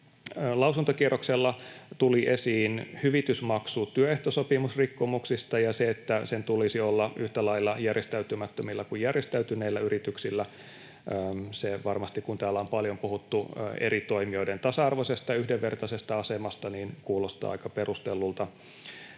Lausuntokierroksella tuli esiin hyvitysmaksu työehtosopimusrikkomuksista ja se, että sen tulisi olla yhtä lailla järjestäytymättömillä kuin järjestäytyneillä yrityksillä. Se varmasti, kun täällä on paljon puhuttu eri toimijoiden tasa-arvoisesta ja yhdenvertaisesta asemasta, kuulostaa aika perustellulta.